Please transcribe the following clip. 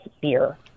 beer